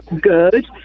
good